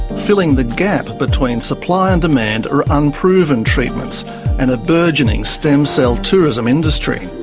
filling the gap between supply and demand are unproven treatments and a burgeoning stem cell tourism industry.